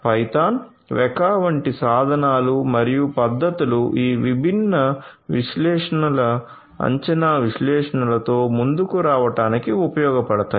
Python Weka వంటి సాధనాలు మరియు పద్ధతులు ఈ విభిన్న విశ్లేషణల అంచనా విశ్లేషణలతో ముందుకు రావడానికి ఉపయోగపడతాయి